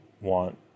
want